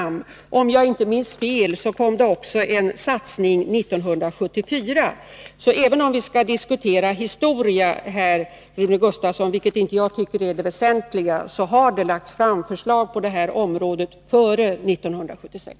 Om jag inte minns fel kom det också en satsning 1974. Så även om vi inte skall diskutera historia, vilket jag inte tycker är det väsentliga, vill jag ändå påpeka att det har lagts fram förslag på detta område före 1976.